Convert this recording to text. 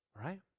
Right